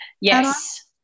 Yes